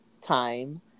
time